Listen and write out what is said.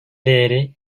değeri